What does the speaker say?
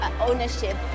ownership